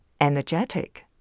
energetic